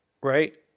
right